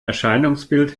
erscheinungsbild